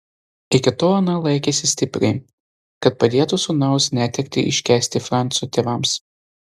iki tol ana laikėsi stipriai kad padėtų sūnaus netektį iškęsti franco tėvams